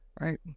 right